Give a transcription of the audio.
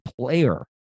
player